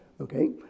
Okay